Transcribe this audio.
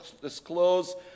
disclose